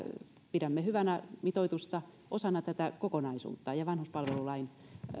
pidämme hyvänä mitoitusta osana tätä kokonaisuutta ja vanhuspalvelulain